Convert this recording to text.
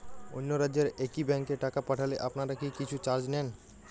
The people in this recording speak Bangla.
অন্য রাজ্যের একি ব্যাংক এ টাকা পাঠালে আপনারা কী কিছু চার্জ নেন?